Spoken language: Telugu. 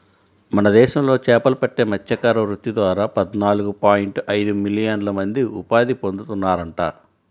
మన దేశంలో చేపలు పట్టే మత్స్యకార వృత్తి ద్వారా పద్నాలుగు పాయింట్ ఐదు మిలియన్ల మంది ఉపాధి పొందుతున్నారంట